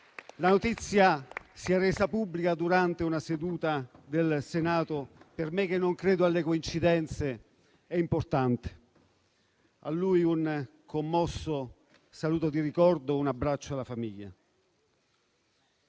la notizia venga resa pubblica durante una seduta del Senato, per me che non credo alle coincidenze, è importante. A lui vada un commosso saluto di ricordo e un abbraccio alla famiglia.